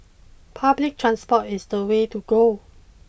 public transport is the way to go